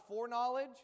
foreknowledge